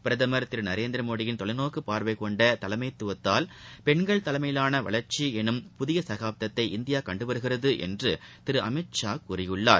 பிரதமர் திருநரேந்திமோடியின் தொலைநோக்குபாாவைகொண்டதலைமைத்துவத்தால் பெண்கள் தலைமையிவாளவளர்ச்சிஎனும் புதியசகாப்தத்தை இந்தியாகண்டுவருகிறதுஎன்றுதிருஅமித் ஷா கூறியுள்ளார்